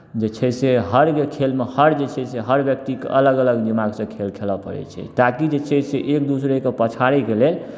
जे छै से हर खेलमे हर जे छै से हर व्यक्तिके अलग अलग दिमागसँ खेल खेलय पड़ै छै ताकि जे छै से एक दोसरेके पछाड़यके लेल